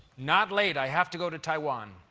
not late, i have to go to taiwan.